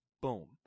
Boom